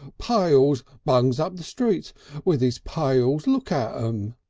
pails. bungs up the street with his pails. look at them!